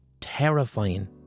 terrifying